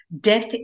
death